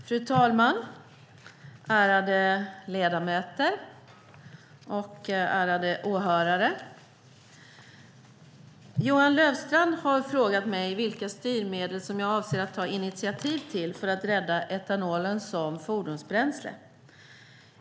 Fru talman, ärade ledamöter och åhörare! Johan Löfstrand har frågat mig vilka styrmedel som jag avser att ta initiativ till för att rädda etanolen som fordonsbränsle.